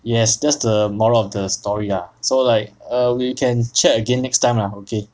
yes that's the moral of the story ah so like err we can chat again next time lah okay